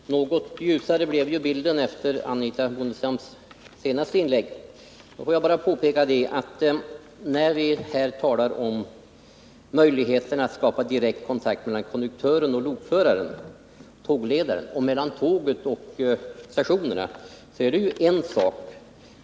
Herr talman! Något ljusare blev bilden efter Anitha Bondestams senaste inlägg. Får jag bara påpeka att när vi här talar om möjligheter att skapa direkt kontakt mellan konduktören och lokföraren och tågledaren samt mellan tåg och stationer är det en sak.